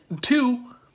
two